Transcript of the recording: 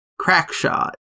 Crackshot